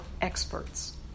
experts